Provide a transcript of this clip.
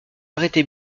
arrêté